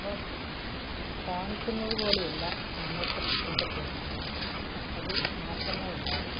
അവ കാണിക്കുന്നത് പോലെയല്ല നമ്മൾക്ക് കൊണ്ട് തരുന്നത് അത് മാറ്റങ്ങളുണ്ടാകും